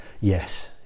yes